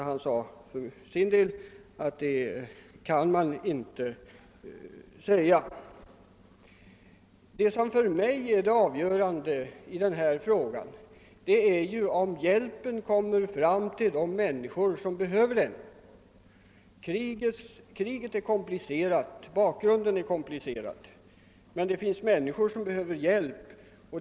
Och Åke Kastlund anser att det kan man inte tala om. Det som för mig är avgörande i den här frågan är, om hjälpen kommer fram till de människor som behöver den. Bakgrunden — kriget — är komplicerad, men det finns människor som bebehöver hjälp.